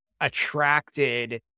attracted